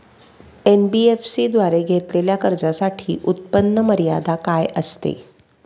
NBFC द्वारे घेतलेल्या कर्जासाठी उत्पन्न मर्यादा काय असते?